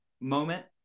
moment